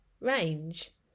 range